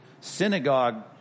synagogue